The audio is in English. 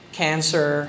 cancer